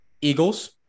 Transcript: Eagles